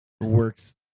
works